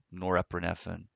norepinephrine